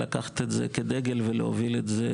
לקחת את זה כדגל ולהוביל את זה